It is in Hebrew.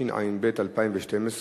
התשע"ב 2012,